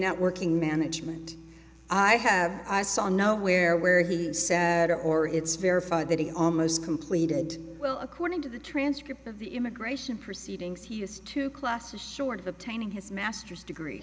networking management i have i saw nowhere where he said or it's verified that he almost completed well according to the transcript of the immigration proceedings he has two classes short of obtaining his master's degree